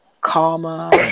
karma